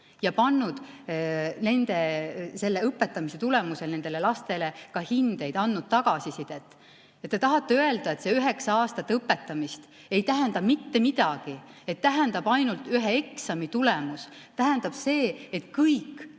ja pannud õpetamise tulemusel nendele lastele ka hindeid, andnud tagasisidet. Te tahate öelda, et see üheksa aastat õpetamist ei tähenda mitte midagi, et tähendab ainult ühe eksami tulemus, tähendab see, et